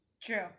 True